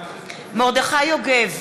מרדכי יוגב,